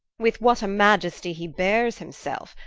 with what a maiestie he beares himselfe,